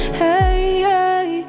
hey